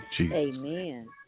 Amen